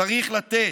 צריך לתת.